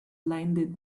blinded